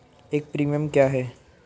एक प्रीमियम क्या है?